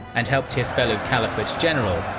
and helped his fellow caliphate general,